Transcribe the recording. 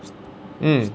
mm